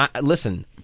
listen